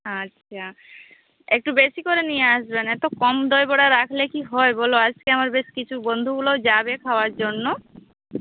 আচ্ছা একটু বেশি করে নিয়ে আসবেন এত কম দইবড়া রাখলে কি হয় বলো আজকে আমার বেশ কিছু বন্ধুগুলোও যাবে খাওয়ার জন্য